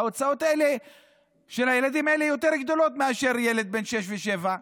ההוצאות על הילדים האלה יותר גדולות מאשר ילד בן שש ושבע.